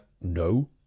no